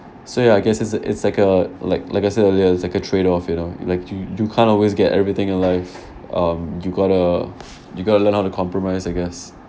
so ya I guess it's a it's like a like like I said earlier it's like a trade off you know like you you can't always get everything in life um you got to you got to learn how to compromise I guess